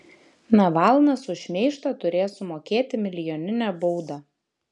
navalnas už šmeižtą turės sumokėti milijoninę baudą